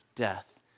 death